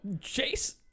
Chase